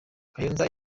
kayonza